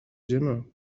جناب